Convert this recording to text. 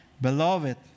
Beloved